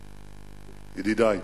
ידידי,